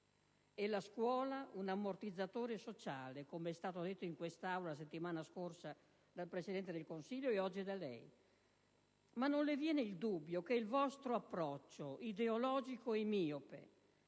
vista come un ammortizzatore sociale, com'è stato detto in quest'Aula la settimana scorsa dal Presidente del Consiglio, e come oggi anche lei ha ribadito. Ma non le viene il dubbio che il vostro approccio ideologico e miope